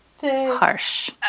Harsh